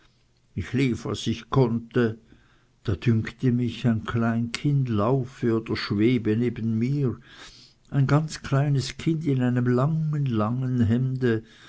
ich lief was ich konnte da dünkte mich ein klein kind laufe oder schwebe neben mir ein ganz kleines kind in einem langen langen hemde